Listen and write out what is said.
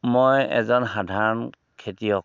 মই এজন সাধাৰণ খেতিয়ক